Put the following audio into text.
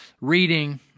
reading